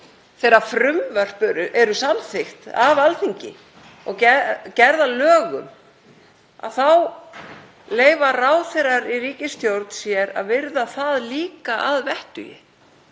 Þegar frumvörp eru samþykkt af Alþingi og gerð að lögum leyfa ráðherrar í ríkisstjórn sér að virða það líka að vettugi.